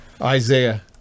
Isaiah